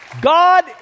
God